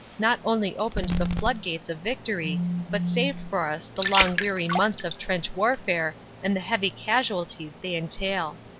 not only opened the flood gates of victory but saved for us the long weary months of trench warfare and the heavy casualties they entail.